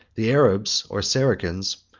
the arabs or saracens,